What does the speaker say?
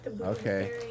Okay